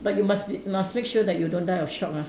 but you must be must make sure that you don't die of shock ah